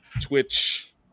twitch